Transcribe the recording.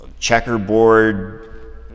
checkerboard